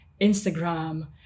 instagram